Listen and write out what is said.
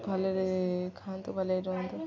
ଭଲରେ ଖାଆନ୍ତୁ ଭଲରେ ରୁହନ୍ତୁ